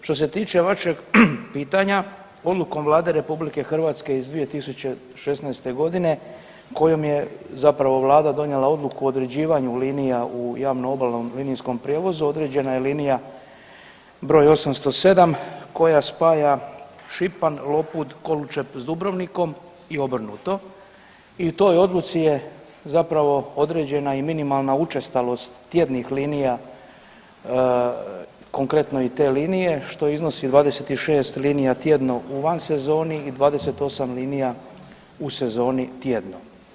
Što se tiče vašeg pitanja odlukom Vlade RH iz 2016.g. kojom je zapravo Vlada donijela odluku o određivanju linija u javno obalnom linijskom prijevozu određena je linija br. 807 koja spaja Šipan, Lopud, Koločep s Dubrovnikom i obrnuto i u toj odluci je određena minimalna učestalost tjednih linija, konkretno i te linije što iznosi 26 linija tjedno u van sezoni i 28 linija u sezoni tjedno.